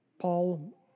Paul